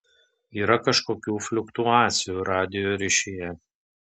yra kažkokių fliuktuacijų radijo ryšyje